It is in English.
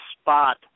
spot